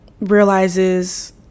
realizes